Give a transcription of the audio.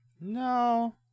No